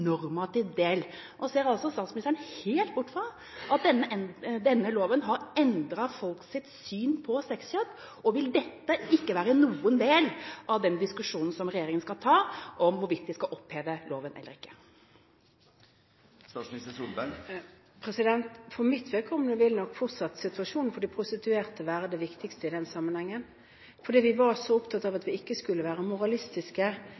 del. Nå ser statsministeren altså helt bort fra at denne loven har endret folks syn på sexkjøp. Vil ikke dette være en del av den diskusjonen som regjeringa skal ta om hvorvidt de skal oppheve loven eller ikke? For mitt vedkommende vil nok situasjonen for de prostituerte fortsatt være det viktigste i den sammenhengen, fordi vi var så opptatt av at vi ikke skulle være moralistiske